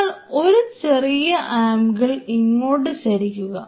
നിങ്ങൾ ഒരു ചെറിയ ആംഗിളിൽ ഇങ്ങോട്ട് ചരിക്കുക